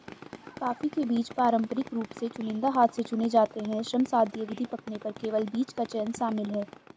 coffee के बीज पारंपरिक रूप से चुनिंदा हाथ से चुने जाते हैं, श्रमसाध्य विधि, पकने पर केवल बीज का चयन शामिल है